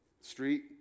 street